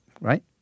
right